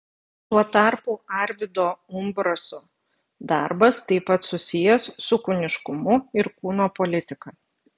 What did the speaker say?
tuo tarpu arvydo umbraso darbas taip pat susijęs su kūniškumu ir kūno politika